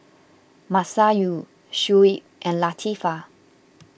Masayu Shuib and Latifa